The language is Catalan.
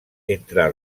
entre